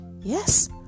Yes